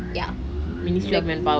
ya man~